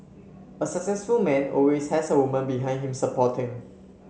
a successful man always has a woman behind him supporting